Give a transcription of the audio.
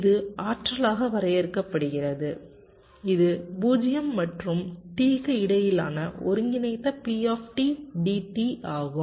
இது ஆற்றலாக வரையறுக்கப்படுகிறது இது 0 மற்றும் T க்கு இடையிலான ஒருங்கிணைந்த P dt ஆகும்